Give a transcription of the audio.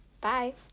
bye